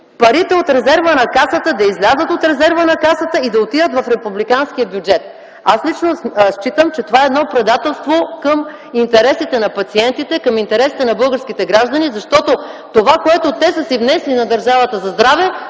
парите от резерва на Касата да излязат оттам и да отидат в републиканския бюджет? Лично аз смятам, че това е предателство към интересите на пациентите, към интересите на българските граждани, защото това, което те са си внесли на държавата за здраве,